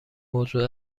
موضوع